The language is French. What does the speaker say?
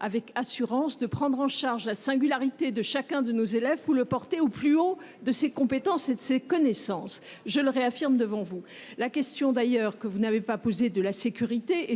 avec assurance, de prendre en charge la singularité de chacun de nos élèves, pour le porter au plus haut de ses compétences et de ses connaissances. Je le réaffirme devant vous. Par ailleurs, vous n’avez pas posé la question de la sécurité,